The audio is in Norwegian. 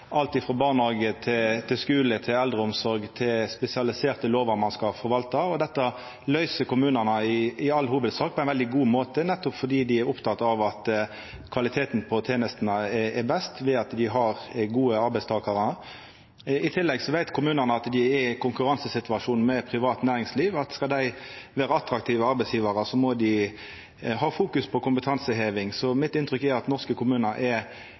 alt frå barnehagar til skule, til eldreomsorg og til spesialiserte lover dei skal forvalta. Dette løyser kommunane i all hovudsak på ein veldig god måte, nettopp fordi dei er opptekne av at kvaliteten på tenestene er best om dei har gode arbeidstakarar. I tillegg veit kommunane at dei er i ein konkurransesituasjon med det private næringslivet, og at skal dei vera attraktive arbeidsgjevarar, må dei fokusere på kompetanseheving. Så mitt inntrykk er at norske kommunar er